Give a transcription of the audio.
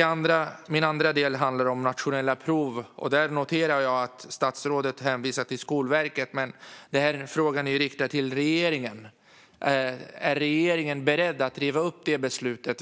handlar det om de nationella proven, och jag noterar att statsrådet hänvisar till Skolverket. Men min fråga är riktad till regeringen: Är regeringen beredd att riva upp beslutet?